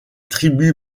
tribus